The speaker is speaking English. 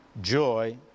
joy